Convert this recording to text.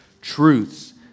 truths